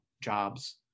jobs